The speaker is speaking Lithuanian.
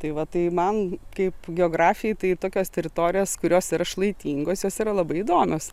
tai va tai man kaip geografei tai tokios teritorijos kurios yra šlaitingos jos yra labai įdomios